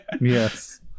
Yes